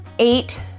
eight